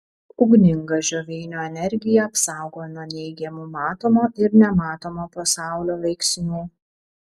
ugninga žioveinio energija apsaugo nuo neigiamų matomo ir nematomo pasaulių veiksnių